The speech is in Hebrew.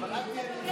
אבל אל תהיה לוזר.